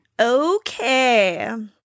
Okay